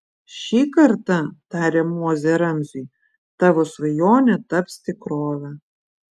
šį kartą tarė mozė ramziui tavo svajonė taps tikrove